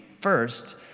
first